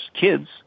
kids